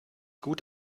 gut